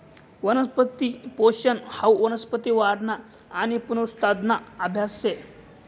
वनस्पती पोषन हाऊ वनस्पती वाढना आणि पुनरुत्पादना आभ्यास शे